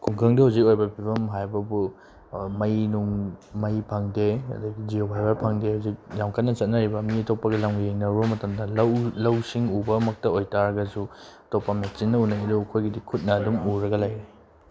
ꯈꯨꯡꯒꯪꯗ ꯍꯧꯖꯤꯛ ꯑꯣꯏꯔꯤꯕ ꯐꯤꯕꯝ ꯍꯥꯏꯕꯕꯨ ꯃꯩ ꯅꯨꯡ ꯃꯩ ꯐꯪꯗꯦ ꯑꯗꯒꯤ ꯖꯤꯑꯣ ꯐꯥꯏꯕꯔ ꯐꯪꯗꯦ ꯍꯧꯖꯤꯛ ꯌꯥꯝ ꯀꯟꯅ ꯆꯠꯅꯔꯤꯕ ꯃꯤ ꯑꯇꯣꯞꯄꯒꯤ ꯂꯝꯒ ꯌꯦꯡꯅꯔꯨꯕ ꯃꯇꯝꯗ ꯂꯧ ꯁꯤꯡ ꯎꯕꯃꯛꯇ ꯑꯣꯏꯕꯇꯔꯒꯁꯨ ꯑꯇꯣꯞꯄ ꯃꯦꯆꯤꯟꯅ ꯎꯅꯩ ꯑꯗꯨꯕꯨ ꯑꯩꯈꯣꯏꯒꯤꯗꯤ ꯈꯨꯠꯅ ꯑꯗꯨꯝ ꯎꯔꯒ ꯂꯩꯔꯦ